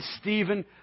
Stephen